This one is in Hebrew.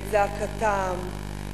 את זעקתם,